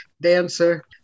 dancer